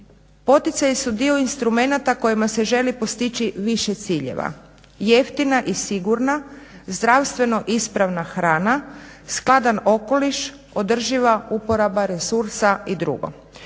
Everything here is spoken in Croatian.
Poticaji su dio instrumenata kojima se želi postići više ciljeva: jeftina i sigurna, zdravstveno ispravna hrana, skladan okoliš, održiva uporaba resursa i drugo.